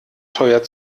teuer